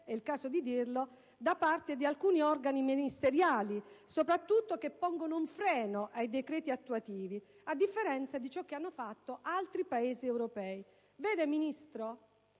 è il caso di dirlo, da parte di alcuni organi ministeriali, che pongono un freno ai decreti attuativi, a differenza di ciò che hanno fatto altri Paesi europei. Ministro,